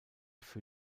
für